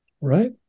right